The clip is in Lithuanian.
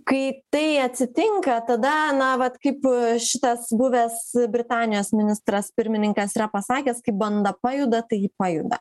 kai tai atsitinka tada na vat kaip šitas buvęs britanijos ministras pirmininkas yra pasakęs kai banda pajuda tai pajuda